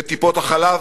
את טיפות-החלב,